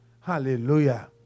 Hallelujah